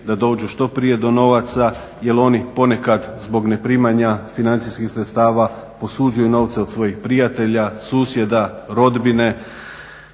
da dođu što prije do novaca jel oni ponekad zbog ne primanja financijskih sredstava posuđuju novce od svojih prijatelja, susjeda, rodbine